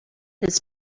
his